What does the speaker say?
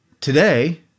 today